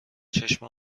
چشم